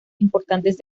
importantes